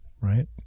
right